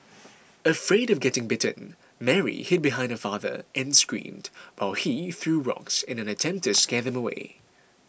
afraid of getting bitten Mary hid behind her father and screamed while he threw rocks in an attempt to scare them away